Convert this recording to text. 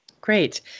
Great